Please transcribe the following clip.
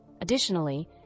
Additionally